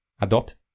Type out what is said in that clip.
adopt